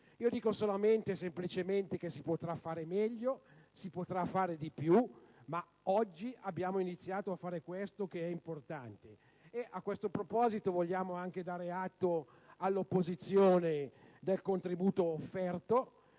Dico solamente e semplicemente che si potrà fare meglio, si potrà fare di più, ma oggi abbiamo iniziato a fare questo che è importante. A questo proposito vogliamo anche dare atto all'opposizione del contributo offerto